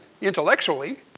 Intellectually